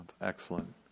Excellent